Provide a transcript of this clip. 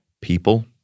People